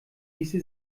ließe